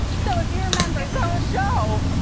so if you remember it's our show,